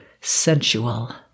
sensual